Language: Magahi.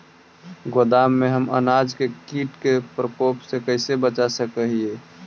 गोदाम में हम अनाज के किट के प्रकोप से कैसे बचा सक हिय?